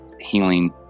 healing